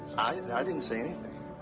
i didn't say anything.